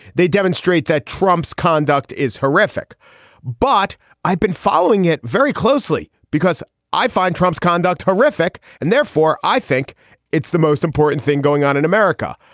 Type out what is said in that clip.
they demonstrate that trump's conduct is horrific but i've been following it very closely because i find trump's conduct horrific and therefore i think it's the most important thing going on in america.